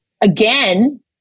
again